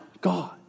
God